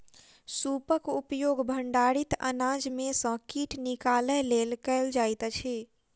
सूपक उपयोग भंडारित अनाज में सॅ कीट निकालय लेल कयल जाइत अछि